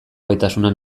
gaitasuna